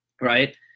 Right